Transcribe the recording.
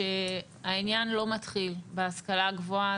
שהעניין לא מתחיל בהשכלה הגבוהה.